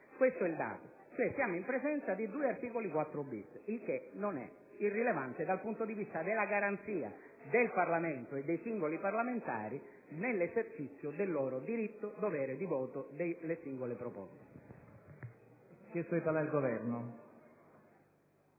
essa. Siamo cioè in presenza di due articoli 4‑*bis*, il che non è irrilevante dal punto di vista della garanzia del Parlamento e dei singoli parlamentari nell'esercizio del loro diritto-dovere di voto delle singole proposte.